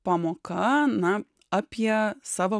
pamoka na apie savo